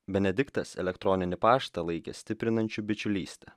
benediktas elektroninį paštą laikė stiprinančiu bičiulystę